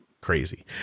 crazy